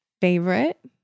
favorite